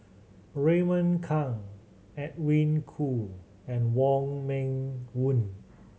Raymond Kang Edwin Koo and Wong Meng Voon